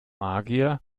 magier